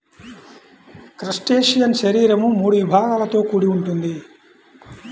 crustacean శరీరం మూడు విభాగాలతో కూడి ఉంటుంది